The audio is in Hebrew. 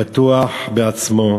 בטוח בעצמו,